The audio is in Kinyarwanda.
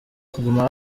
kuguma